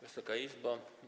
Wysoka Izbo!